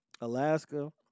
Alaska